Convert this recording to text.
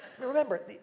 Remember